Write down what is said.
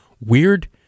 weird